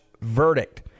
verdict